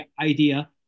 idea